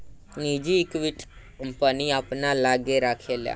निजी equity, company अपना लग्गे राखेला